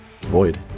void